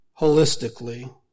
holistically